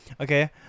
Okay